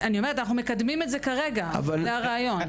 אני אומרת שאנחנו מקדמים את זה כרגע, זה הרעיון.